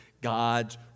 God's